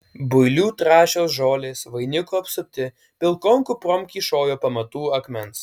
builių trąšios žolės vainiku apsupti pilkom kuprom kyšojo pamatų akmens